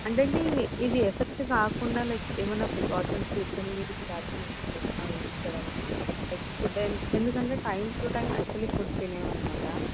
అంటే ఏంటంటే ఇవి ఇది ఎఫెక్ట్ కాకుండా లైక్ ఏమైన్నా ప్రికాషన్స్ తీసుకొని వీటికి వ్యాక్సినేషన్ ఏమంగా వేయించడం లైక్ ఫుడ్ ఎందుకంటే time to time actually food తినేవి అన్నమాట